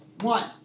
One